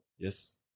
Yes